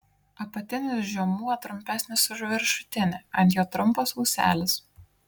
apatinis žiomuo trumpesnis už viršutinį ant jo trumpas ūselis